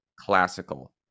classical